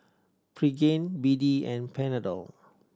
Pregain B D and Panadol